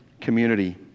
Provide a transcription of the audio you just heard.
community